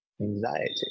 anxiety